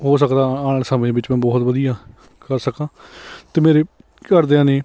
ਹੋ ਸਕਦਾ ਆਉਣ ਵਾਲੇ ਸਮੇਂ ਵਿੱਚ ਮੈਂ ਬਹੁਤ ਵਧੀਆ ਕਰ ਸਕਾਂ ਅਤੇ ਮੇਰੇ ਘਰਦਿਆਂ ਨੇ